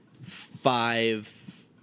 five